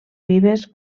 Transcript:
vives